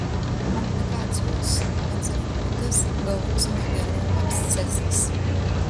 komplikacijos encefalitas galvos smegenų abscesas